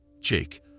Jake